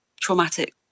traumatic